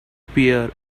pear